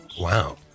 Wow